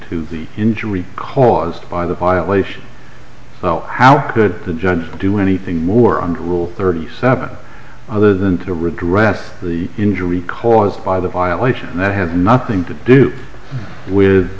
to the injury caused by the violation well how could the judge do anything more and rule thirty seven other than to redress the injury caused by the violation and that had nothing to do with